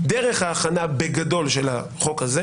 דרך ההכנה בגדול של הצעת החוק האת,